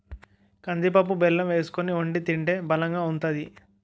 కందిపప్పు బెల్లం వేసుకొని వొండి తింటే బలంగా ఉంతాది